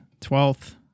twelfth